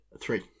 Three